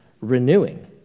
renewing